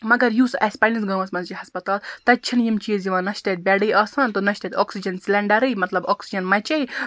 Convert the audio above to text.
مَگَر یُس اَسہِ پَنٕنِس گامَس مَنٛز چھُ ہَسپَتال تَتہِ چھِ نہٕ یِم چیٖز یِوان نہَ چھُ تَتہِ بیٚڈٕے آسان تہٕ نہَ چھُ تَتہٕ آکسیٖجَن سِلنڈَرٕے مَطلَب آکسیٖجَن مَچے